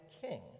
king